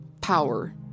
power